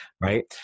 Right